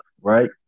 Right